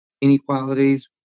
inequalities